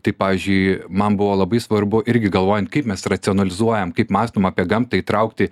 tai pavyzdžiui man buvo labai svarbu irgi galvojant kaip mes racionalizuojam kaip mąstom apie gamtą įtraukti